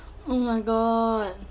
oh my god